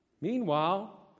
Meanwhile